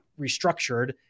restructured